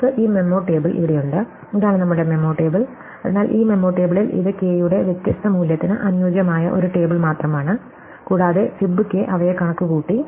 നമുക്ക് ഈ memo table ഇവിടെയുണ്ട് ഇതാണ് നമ്മുടെ മെമ്മോ ടേബിൾ അതിനാൽ ഈ മെമ്മോ ടേബിളിൽ ഇത് കെ യുടെ വ്യത്യസ്ത മൂല്യത്തിന് അനുയോജ്യമായ ഒരു ടേബിൾ മാത്രമാണ് കൂടാതെ ഫിബ് കെ അവയെ കണക്കുകൂട്ടി